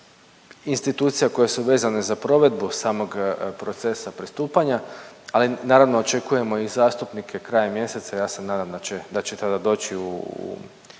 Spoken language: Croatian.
institucija koje su vezane za provedbu samog procesa pristupanja, ali naravno očekujemo i zastupnike krajem mjeseca, ja se nadam da će, da će tada